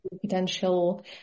potential